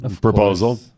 proposal